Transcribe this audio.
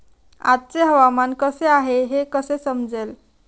आजचे हवामान कसे आहे हे कसे समजेल?